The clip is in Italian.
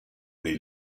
dei